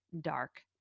dark